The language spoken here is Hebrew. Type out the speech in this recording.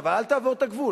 אבל אל תעבור את הגבול.